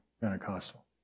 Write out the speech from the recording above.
Pentecostal